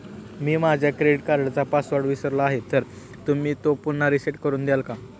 मी माझा क्रेडिट कार्डचा पासवर्ड विसरलो आहे तर तुम्ही तो पुन्हा रीसेट करून द्याल का?